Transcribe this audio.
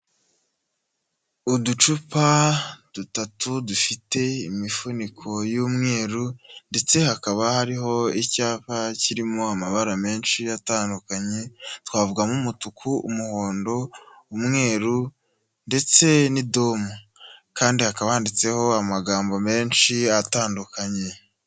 Uducupa dutatu dufite imifuniko y'umweru ndetse hakaba hariho icyapa kirimo amabara menshi atandukanye, twavugamo umutuku, umuhondo, umweru ndetse n'idomo, kandi hakaba handitseho amagambo menshi atandukanye.